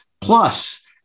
plus